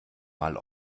mal